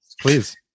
Please